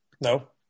No